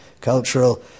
cultural